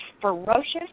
ferocious